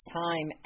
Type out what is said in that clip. time